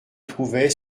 trouvait